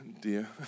dear